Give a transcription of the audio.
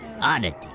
Oddity